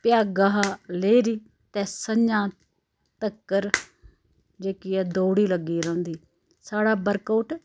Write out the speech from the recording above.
भ्यागा शा लेईरी ते स'ञां तकर जेह्की ऐ दौड़ ई लग्गी दी रौंह्दी साढ़ा वर्क आउट